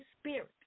Spirit